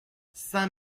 cinq